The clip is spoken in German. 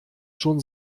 schon